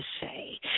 say